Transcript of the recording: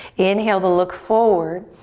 inhale to look forward.